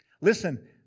Listen